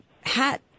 hat